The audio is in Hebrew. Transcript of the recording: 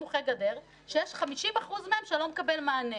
סמוכי גדר שיש 50% מהם שלא נקבל מענה.